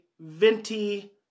Venti